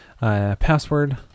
password